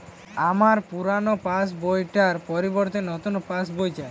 আমার পুরানো পাশ বই টার পরিবর্তে নতুন পাশ বই চাই